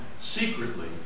secretly